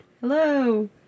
Hello